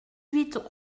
huit